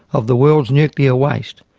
of the world's nuclear waste.